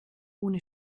ohne